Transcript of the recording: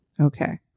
okay